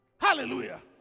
Hallelujah